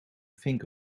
think